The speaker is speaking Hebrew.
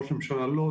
ראש ממשלה לא,